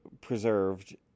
preserved